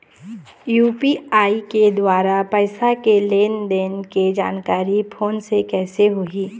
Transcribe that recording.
UPI के द्वारा पैसा के लेन देन के जानकारी फोन से कइसे होही?